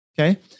Okay